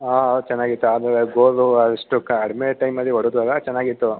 ಹಾಂ ಹಾಂ ಚೆನ್ನಾಗಿತ್ತು ಅದು ಗೋಲು ಎಷ್ಟು ಕಡಿಮೆ ಟೈಮಲ್ಲಿ ಹೊಡ್ದ್ರಲ್ಲ ಚೆನ್ನಾಗಿತ್ತು